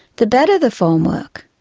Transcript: the better the formwork,